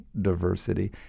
diversity